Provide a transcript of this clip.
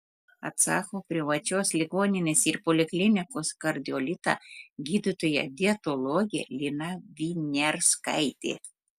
atsako privačios ligoninės ir poliklinikos kardiolita gydytoja dietologė lina viniarskaitė